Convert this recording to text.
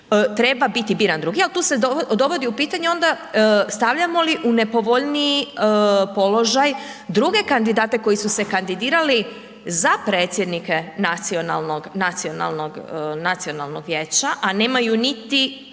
treba biti biran drugi ali tu se dovodi u pitanje onda stavljamo li u nepovoljniji položaj druge kandidate koji su se kandidirali za predsjednike nacionalnog vijeća a nemaju niti onda